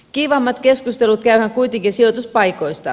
kiivaimmat keskustelut käydään kuitenkin sijoituspaikoista